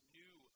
new